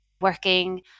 working